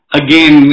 again